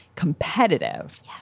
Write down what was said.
competitive